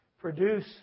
produce